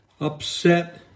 upset